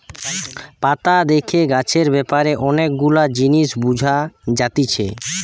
পাতা দেখে গাছের ব্যাপারে অনেক গুলা জিনিস বুঝা যাতিছে